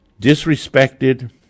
disrespected